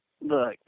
Look